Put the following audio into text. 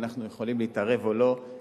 אם אנחנו יכולים להתערב או לא,